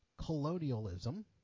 colonialism